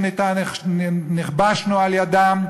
שנכבשנו על-ידם,